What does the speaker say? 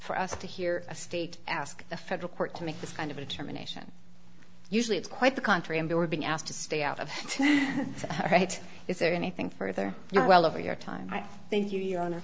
for us to hear a state ask the federal court to make this kind of a termination usually it's quite the contrary and they were being asked to stay out of the right is there anything further well over your time thank you your hon